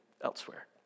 elsewhere